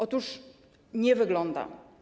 Otóż nie wygląda.